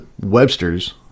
webster's